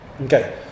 Okay